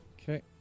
Okay